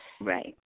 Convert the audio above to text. Right